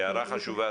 הערה חשובה.